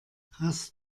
hast